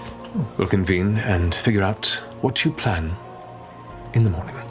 we'll convene and figure out what you plan in the morning.